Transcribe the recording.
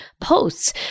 posts